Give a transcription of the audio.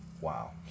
wow